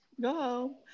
go